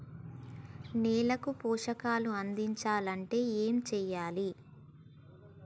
నేలకు పోషకాలు అందించాలి అంటే ఏం చెయ్యాలి?